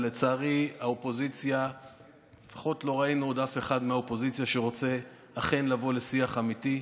ולצערי לא ראינו עוד אף אחד מהאופוזיציה שרוצה אכן לבוא לשיח אמיתי.